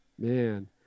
Man